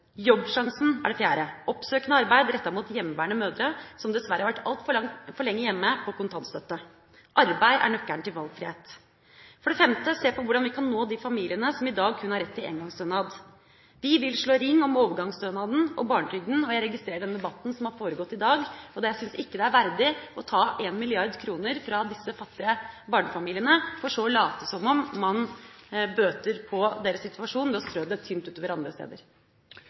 Jobbsjansen – oppsøkende arbeid rettet mot hjemmeværende mødre som dessverre har vært altfor lenge hjemme med kontantstøtte. Arbeid er nøkkelen til valgfrihet. å se på hvordan vi kan nå de familiene som i dag kun har rett til engangsstønad. Vi vil slå ring om overgangsstønaden og barnetrygden. Jeg registrerer den debatten som har vært i dag, og jeg syns ikke det er verdig å ta 1 mrd. kr fra disse fattige barnefamiliene for så å late som om man bøter på deres situasjon ved å strø det tynt utover andre steder.